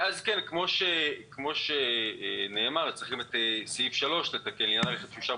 ואז כפי שנאמר צריך את פסקה (3) לתקן לעניין רכב שהושאר